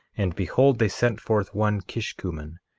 and behold, they sent forth one kishkumen,